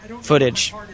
footage